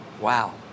Wow